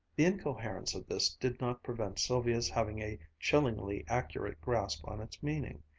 the incoherence of this did not prevent sylvia's having a chillingly accurate grasp on its meaning.